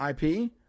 IP